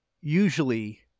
usually